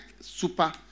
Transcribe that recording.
super